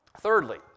Thirdly